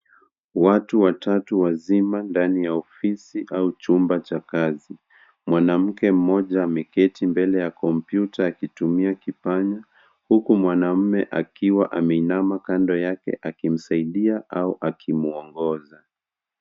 Watu watatu wazima ndani ya ofisi au chumba cha kazi. Mwanamke mmoja ameketi mbele ya kompyuta akitumia kipanya, huku mwanaume akiwa ameinama kando yake akimsaidia au akimwongoza.